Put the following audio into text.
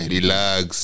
Relax